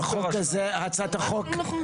זה ממש לא נכון.